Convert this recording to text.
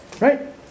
Right